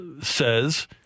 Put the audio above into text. says